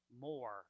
more